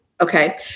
Okay